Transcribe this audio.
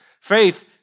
Faith